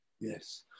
Yes